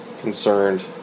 concerned